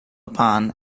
upon